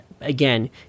again